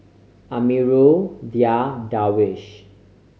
Amirul Dhia Darwish